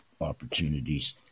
opportunities